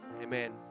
Amen